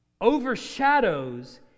overshadows